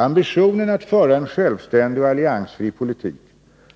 Ambitionen att föra en självständig och alliansfri politik